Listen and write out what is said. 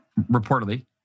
reportedly